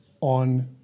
on